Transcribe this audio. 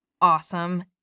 awesome